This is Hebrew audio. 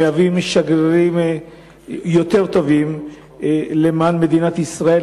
מהווים שגרירים יותר טובים למען מדינת ישראל,